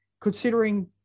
considering